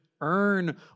Earn